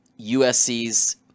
USC's